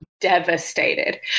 devastated